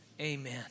amen